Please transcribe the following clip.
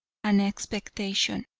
and expectation,